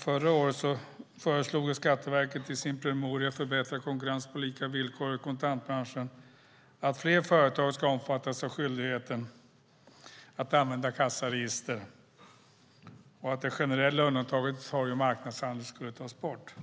Förra året föreslog Skatteverket i sin promemoria Förbättrad konkurrens på lika villkor i kontantbranschen att fler företag ska omfattas av skyldigheten att använda kassaregister och att det generella undantaget för torg och marknadshandeln skulle tas bort.